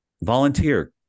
volunteer